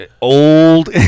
old